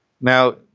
Now